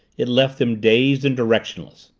it left them dazed and directionless.